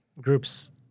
groups